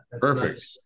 Perfect